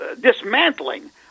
dismantling